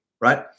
right